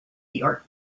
york